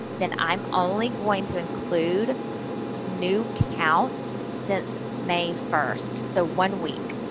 then i'm only going to include new counts since may first. so, one week.